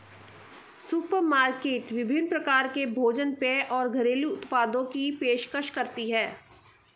supermarket विभिन्न प्रकार के भोजन पेय और घरेलू उत्पादों की पेशकश करती है